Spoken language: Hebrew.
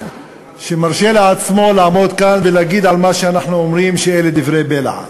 שמרשה לעצמו לעמוד כאן ולהגיד על מה שאנחנו אומרים שאלה דברי בלע.